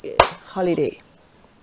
eh holiday